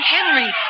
Henry